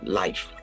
life